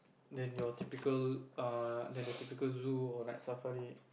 then your typical err than the typical zoo or like safari